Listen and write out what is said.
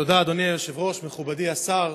תודה, אדוני היושב-ראש, מכובדי השר,